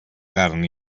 carn